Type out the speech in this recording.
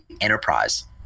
enterprise